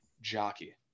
jockey